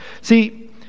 See